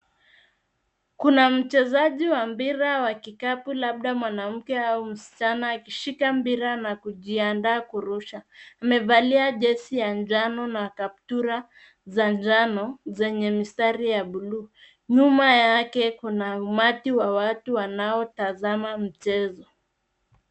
Kuna mchezaji wa mpira wa kikapu labda mwanamke au msichana akishika mpira na kujiandaa kurusha. Amevalia jezi ya njano na kaptura za njano zenye mistari ya bluu. Nyuma yake kuna umati wa watu wanaotazama mchezo.